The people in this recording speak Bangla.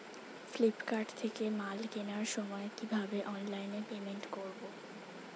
ফ্লিপকার্ট থেকে মাল কেনার সময় কিভাবে অনলাইনে পেমেন্ট করব?